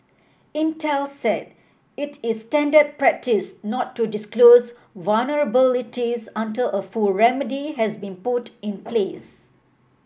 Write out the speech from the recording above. Intel said it is standard practice not to disclose vulnerabilities until a full remedy has been put in place